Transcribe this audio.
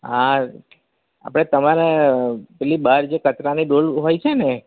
હાં આપણે તમારે પેલી બહાર જે કચરાની ડોલ હોય છે ને